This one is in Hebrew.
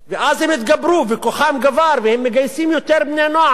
ואז הם התגברו וכוחם גבר והם מגייסים יותר בני נוער.